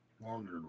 longer